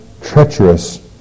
treacherous